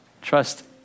trust